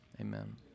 amen